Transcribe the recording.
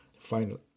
Final